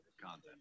content